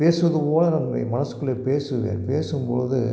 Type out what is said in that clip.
பேசுவது போல் நம்முடைய மனசுக்குளே பேசுவேன் பேசும் பொலுது